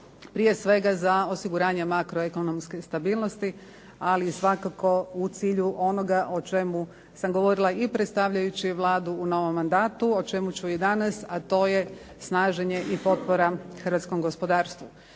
prije svega za osiguranje makroekonomske stabilnosti, ali i svakako u cilju onoga o čemu sam govorila i predstavljajući Vladu u novom mandatu o čemu ću i danas, a to je snaženje i potpora hrvatskom gospodarstvu.